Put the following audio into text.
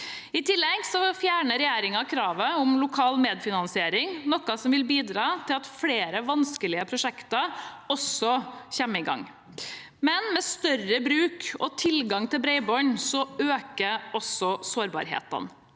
I tillegg fjerner regjeringen kravet om lokal medfinansiering, noe som vil bidra til at flere vanskelige prosjekter kommer i gang. Men med større bruk og tilgang til bredbånd øker også sårbarhetene.